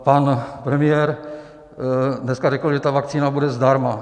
Pan premiér dneska řekl, že ta vakcína bude zdarma.